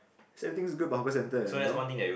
see everything is good about hawker centre and you know